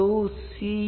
Cn